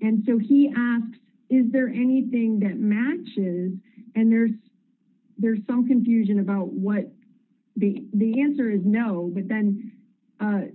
and so he asks is there anything that matches and nurse there's some confusion about what the the answer is no when then